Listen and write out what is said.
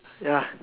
ya